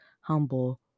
humble